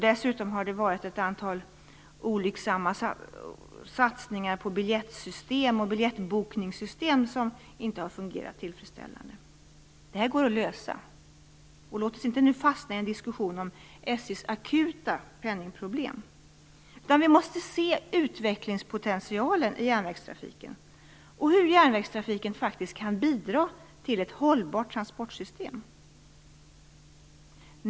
Dessutom har det gjorts ett antal olycksamma satsningar på biljettsystem och biljettbokningssystem som inte har fungerat tillfredsställande. Detta går att lösa, så låt oss inte fastna i en diskussion om SJ:s akuta penningproblem. Vi måste se utvecklingspotentialen i järnvägstrafiken och hur den kan bidra till ett hållbart transportsystem.